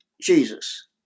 Jesus